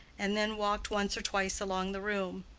and then walked once or twice along the room.